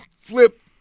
flip